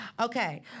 okay